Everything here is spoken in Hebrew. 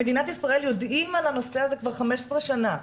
במדינת ישראל יודעים על הנושא הזה כבר 15 שנה,